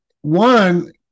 one